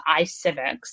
iCivics